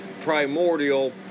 primordial